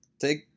Take